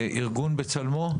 ארגון בצלמו?